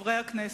חברי הכנסת,